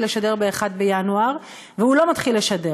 לשדר ב-1 בינואר והוא לא מתחיל לשדר.